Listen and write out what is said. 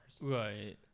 Right